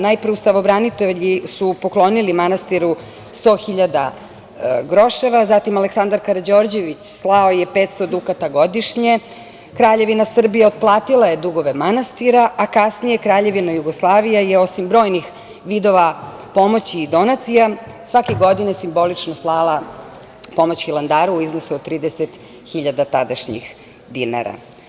Najpre, ustavobranitelji su poklonili manastiru 100 hiljada groševa, zatim je Aleksandar Karađorđević slao 500 dukata godišnje, Kraljevina Srbija otplatila je dugove manastira, a kasnije Kraljevina Jugoslavija je, osim brojnih vidova pomoći i donacija, svake godine simbolično slala pomoć Hilandaru u iznosu od 30 hiljada tadašnjih dinara.